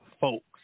folks